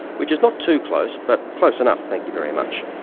which is not too close, but close enough, thank you very much.